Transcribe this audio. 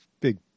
big